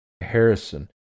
Harrison